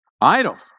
idols